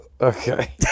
Okay